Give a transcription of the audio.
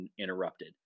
interrupted